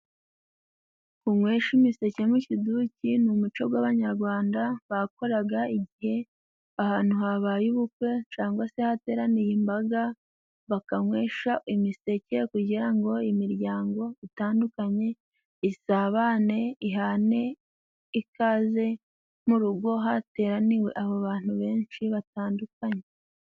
Kunywesha imiseke mu kiduki ni umuco gw'abanyarwanda bakoraga igihe ahantu habaye ubukwe cangwa se hateraniye imbaga bakanywesha imiseke kugira ngo imiryango itandukanye isabane ihane ikaze mu rugo hateraniwe abo abantu benshi batandukanye.